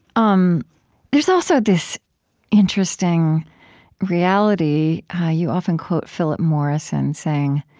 um there's also this interesting reality you often quote philip morrison, saying,